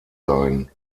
seien